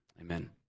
amen